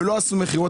ולא עשו מכירות,